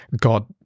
God